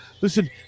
Listen